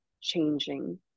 changing